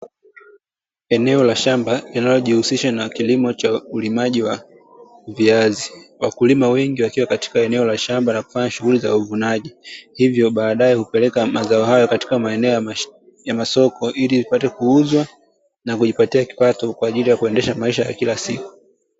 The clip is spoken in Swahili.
Eneo la shamba linalojihusisha na kilimo cha ulimaji wa viazi. Wakulima wengi wakiwa katika eneo la shamba wakifanya shughuli za uvunaji, hivyo baadae kupeleka mazao hayo katika maeneo ya masoko ili zipate kuuzwa na kujipatia kipato kwa ajili ya kuendesha maisha ya kila siku.